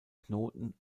knoten